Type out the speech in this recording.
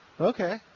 Okay